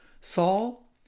Saul